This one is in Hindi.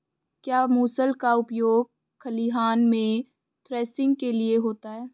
क्या मूसल का उपयोग खलिहान में थ्रेसिंग के लिए होता है?